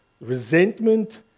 resentment